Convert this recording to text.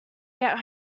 get